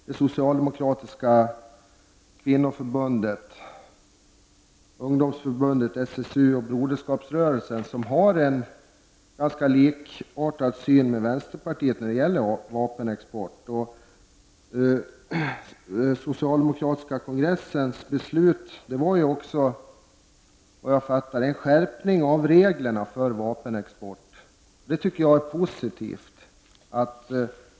Det socialdemokratiska kvinnoförbundet, ungdomsförbundet SSU och broderskapsrörelsen har ju nästan samma syn som vi i vänsterpartiet på vapenexporten. Den socialdemokratiska kongressens beslut innebär också, såvitt jag förstår, en skärpning av reglerna för vapenexport. Det tycker jag är positivt.